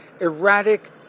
erratic